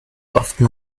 often